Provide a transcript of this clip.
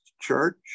church